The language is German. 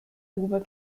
grube